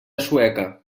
sueca